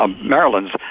maryland's